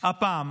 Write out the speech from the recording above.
הפעם